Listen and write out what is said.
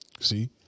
See